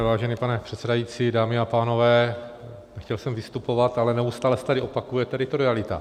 Vážený pane předsedající, dámy a pánové, nechtěl jsem vystupovat, ale neustále se tady opakuje teritorialita.